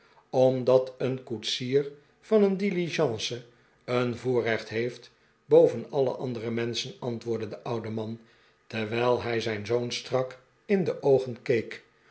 omdat een koetsier van een diligence een voorrecht heeft boven alle andere menschen antwoordde de oude man terwijl hij zijn zoon strak in de oogen